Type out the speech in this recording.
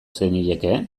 zenieke